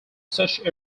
such